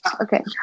okay